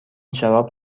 شراب